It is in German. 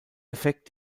effekt